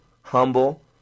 humble